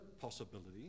possibility